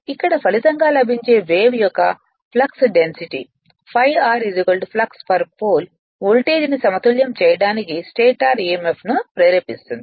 ఇక్కడ ఫలితంగా లభించే వేవ్ యొక్క flux density ∅r flux pole వోల్టేజ్ను సమతుల్యం చేయడానికి స్టేటర్ emf ను ప్రేరేపిస్తుంది